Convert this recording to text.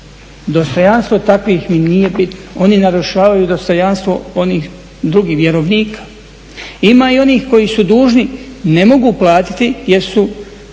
Dostojanstvo takvih mi nije bitno, oni narušavaju dostojanstvo onih drugih vjerovnika. Ima i onih koji su dužni, ne mogu platiti jer su